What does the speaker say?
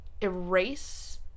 erase